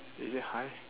is it high